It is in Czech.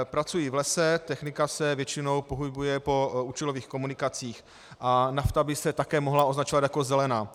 Pracují v lese, technika se většinou pohybuje po účelových komunikacích a nafta by se také mohla označovat jako zelená.